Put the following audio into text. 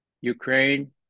Ukraine